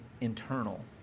internal